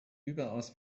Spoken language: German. überaus